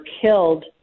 killed